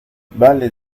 vale